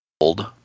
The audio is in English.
old